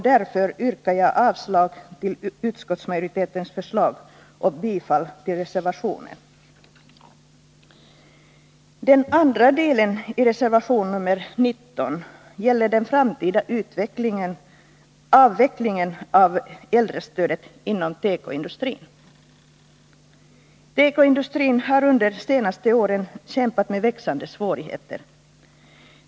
Därför yrkar jag avslag på utskottsmajoritetens förslag och bifall till reservationen. Tekoindustrin har under de senaste åren kämpat med växande svårigheter.